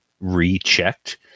rechecked